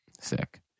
Sick